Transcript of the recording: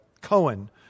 Cohen